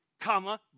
comma